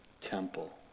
temple